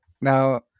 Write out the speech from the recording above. now